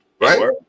right